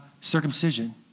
circumcision